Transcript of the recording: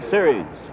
Series